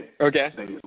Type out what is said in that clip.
Okay